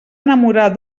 enamorar